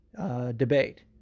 debate